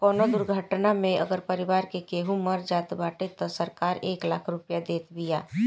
कवनो दुर्घटना में अगर परिवार के केहू मर जात बाटे तअ सरकार एक लाख रुपिया देत बिया